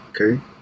okay